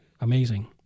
amazing